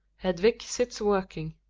hedvio sits work ing.